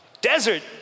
Desert